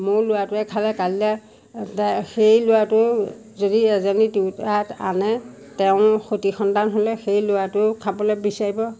মোৰ ল'ৰাটোৱে খালে কাইলৈ সেই ল'ৰাটোৱে যদি এজনী তিৰোতা আনে তেওঁৰ সতি সন্তান হ'লে সেই ল'ৰাটোৱেও খাবলৈ বিচাৰিব